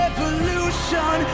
Revolution